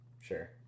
sure